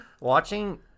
Watching